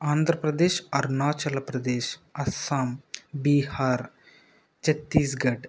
Andhra Pradesh Arunachal Pradesh Assam Bihar Chhattisgarh